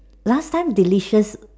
last time delicious